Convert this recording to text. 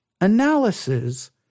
analysis